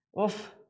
oof